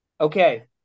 Okay